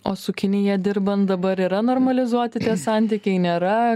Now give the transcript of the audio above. o su kinija dirbant dabar yra normalizuoti tie santykiai nėra